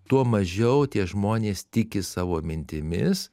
tuo mažiau tie žmonės tiki savo mintimis